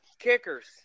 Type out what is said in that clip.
Kickers